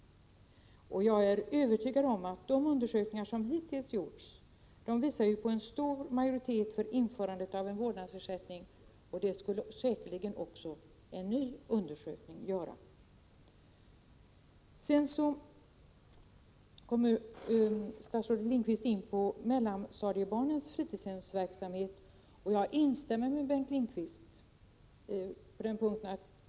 Jag vet att de undersökningar som hittills har gjorts visar på en stor majoritet för införandet av en vårdnadsersättning. Det skulle säkerligen också en ny undersökning göra. Statsrådet Lindqvist kom in på fritidshemsverksamheten för mellanstadiebarnen. På en punkt instämmer jag med honom.